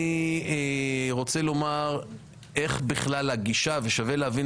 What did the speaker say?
אני רוצה לומר איך בכלל הגישה ושווה להבין